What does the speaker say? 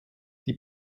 die